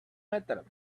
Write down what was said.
matter